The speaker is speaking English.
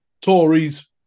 Tories